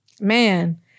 man